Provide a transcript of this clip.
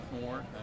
more